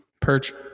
perch